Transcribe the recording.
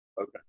Okay